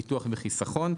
ביטוח וחיסכון.